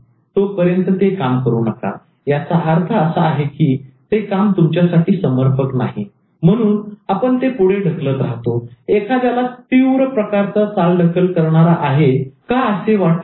तोपर्यंत ते काम करू नका याचा अर्थ असा आहे की ते काम तुमच्यासाठी समर्पक नाही म्हणून आपण ते पुढे ढकलत राहतो एखाद्याला तीव्र प्रकारचा चालढकल करणारा आहे का असे वाटेल